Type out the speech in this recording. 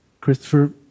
Christopher